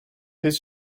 his